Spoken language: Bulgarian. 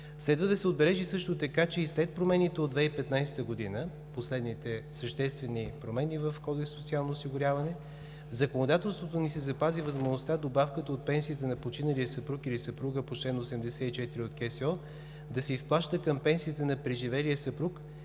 Следва да се отбележи също така, че и след промените от 2015 г., последните съществени промени в Кодекса за социално осигуряване, в законодателството ни се запази възможността добавката от пенсията на починалия съпруг или съпруга по чл. 84 от Кодекса за социално осигуряване да се изплаща към пенсията на преживелия съпруг,